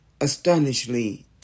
astonishingly